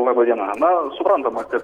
laba diena na suprantama kad